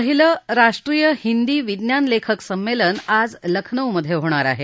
पहिलं राष्ट्रीय हिंदी विज्ञान लेखक संमेलन आज लखनौमधे सुरु होणार आहे